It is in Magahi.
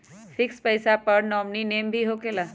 फिक्स पईसा पर नॉमिनी नेम भी होकेला?